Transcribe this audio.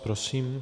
Prosím.